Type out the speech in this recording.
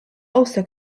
also